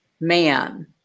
Man